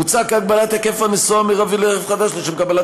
מוצע כי הגבלת היקף הנסועה המרבי לרכב חדש לשם קבלת